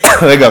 רגע,